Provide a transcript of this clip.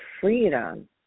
freedom